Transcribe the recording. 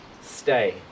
Stay